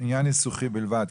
עניין ניסוחי בלבד,